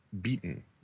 beaten